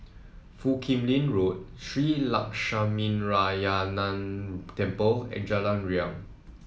Foo Kim Lin Road Shree Lakshminarayanan Temple and Jalan Riang